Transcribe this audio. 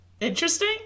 interesting